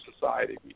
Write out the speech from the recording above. society